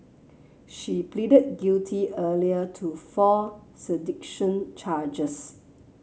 she pleaded guilty earlier to four charges